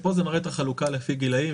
פה זה מראה את החלוקה לפי גילאים,